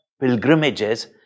pilgrimages